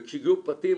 כשהגיעו פרטים,